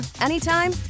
anytime